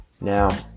Now